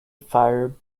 fire